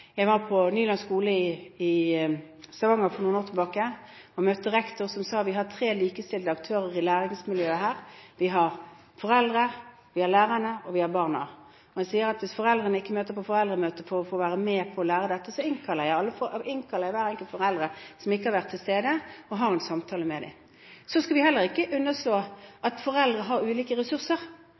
Jeg var på Nylund skole i Stavanger for noen år tilbake og møtte rektor, som sa: Vi har tre likestilte aktører i læringsmiljøet her – vi har foreldrene, vi har lærerne og vi har barna. Han sa at hvis foreldrene ikke møtte på foreldremøte for å være med på å lære dette, innkalte han hver enkelt forelder som ikke hadde vært til stede, og hadde en samtale med dem. Så skal vi heller ikke underslå at foreldre har ulike ressurser.